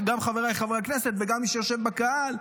גם חבריי חברי הכנסת וגם מי שיושב בקהל: